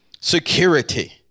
security